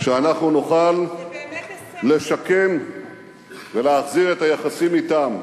שאנחנו נוכל לשקם ולהחזיר את היחסים אתם,